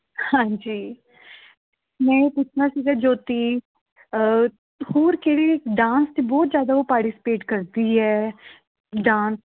ਹਾਂਜੀ ਮੈਂ ਇਹ ਪੁੱਛਣਾ ਸੀਗਾ ਜੋਤੀ ਹੋਰ ਕਿਹੜੇ ਡਾਂਸ 'ਚ ਬਹੁਤ ਜ਼ਿਆਦਾ ਉਹ ਪਾਰਟੀਸਪੇਟ ਕਰਦੀ ਹੈ ਡਾਂਸ